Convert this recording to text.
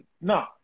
no